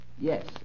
Yes